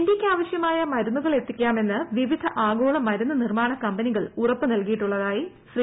ഇന്ത്യയ്ക്ക് ആവശ്യമായ മരുന്നുകൾ എത്തിക്കാമെന്ന് വിവിധ ആഗോള മരുന്നു നിർമ്മാണ കമ്പനികൾ ഉറപ്പു നൽകിയിട്ടുള്ളതായി ശ്രീ